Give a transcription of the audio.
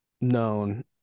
known